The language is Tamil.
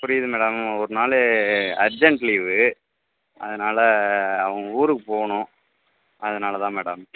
புரியுது மேடம் ஒரு நாள் அர்ஜென்ட் லீவு அதனால் அவங்க ஊருக்கு போகணும் அதனால தான் மேடம்